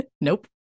Nope